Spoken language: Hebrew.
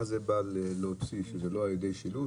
זה אומר שזה לא על ידי שילוט?